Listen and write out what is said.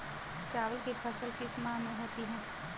चावल की फसल किस माह में होती है?